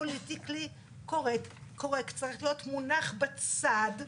הפוליטיקלי קורקט צריך להיות מונח בצד,